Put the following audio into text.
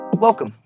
Welcome